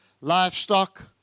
livestock